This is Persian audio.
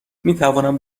میتوانم